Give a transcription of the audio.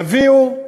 יביאו.